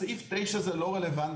סעיף 9 הזה לא רלוונטי,